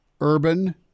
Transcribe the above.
Urban